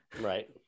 right